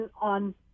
on